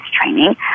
training